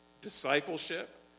discipleship